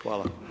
Hvala.